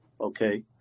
okay